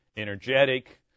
Energetic